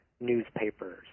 newspapers